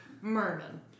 Merman